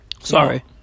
Sorry